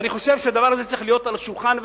ואני חושב שהדבר הזה צריך להיות על השולחן,